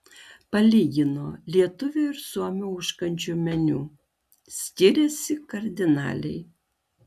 palygino lietuvio ir suomio užkandžių meniu skiriasi kardinaliai